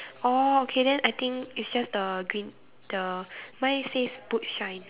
oh okay then I think it's just the green the mine says boot shine